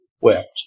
wept